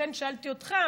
לכן שאלתי אותך,